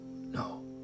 No